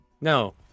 No